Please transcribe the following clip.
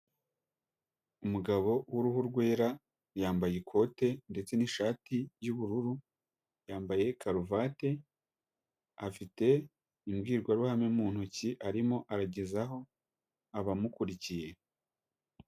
Umugabo w'uruhu rwera yambaye ikote ndetse n'ishati y'ubururu, yambaye karuvati afite imbwirwaruhame mu ntoki, arimo aragezaho abamukurikiye.